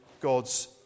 God's